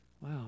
wow